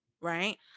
right